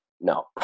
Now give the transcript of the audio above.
no